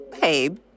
babe